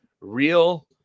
Real